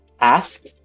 ask